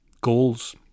goals